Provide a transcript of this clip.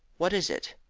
what is it?